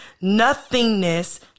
Nothingness